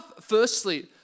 firstly